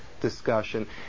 discussion